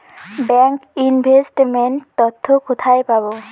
Bank investment তথ্য কোথায় পাব?